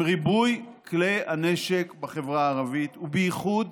עם ריבוי כלי הנשק בחברה הערבית, ובייחוד